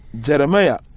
Jeremiah